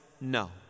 No